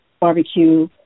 barbecue